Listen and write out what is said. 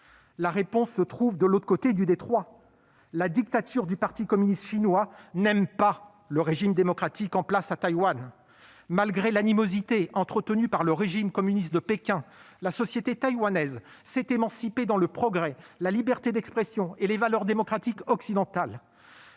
La réponse se trouve de l'autre côté du détroit : la dictature du parti communiste chinois n'aime pas le régime démocratique en place à Taïwan. Malgré l'animosité entretenue par le régime communiste de Pékin, la société taïwanaise s'est émancipée dans le progrès, la liberté d'expression et les valeurs démocratiques occidentales.